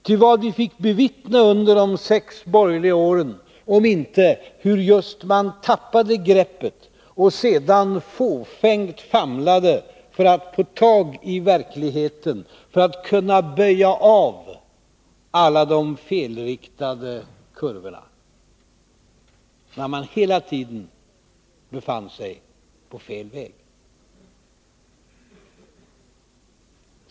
Ty vad fick vi bevittna under de sex borgerliga åren, om inte just hur man tappade greppet och sedan fåfängt famlade för att få tag i verkligheten, för att kunna böja av alla de felriktade kurvorna, när man hela tiden befann sig på fel väg.